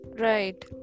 Right